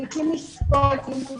את